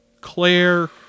claire